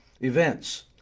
events